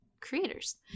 creators